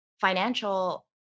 financial